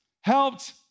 helped